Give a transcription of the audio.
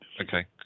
okay